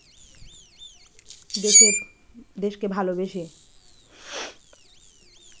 দেশের দেশকে ভালোবেসে